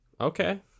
okay